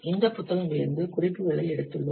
இந்த புத்தகங்களிலிருந்து குறிப்புகளை எடுத்துள்ளோம்